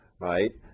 right